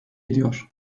ediyor